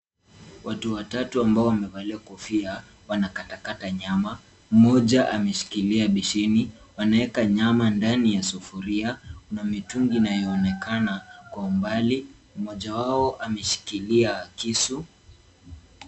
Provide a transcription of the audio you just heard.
Watu watatu ambao wamevalia kofia wanakatakata nyama , mmoja ameshikilia besheni wanaeka nyama ndani ya sufuria. Kuna mitungi inayoonekana kwa umbali, mmoja wao ameshikilia kisu.